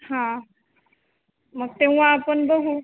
हां मग तेव्हा आपण बघू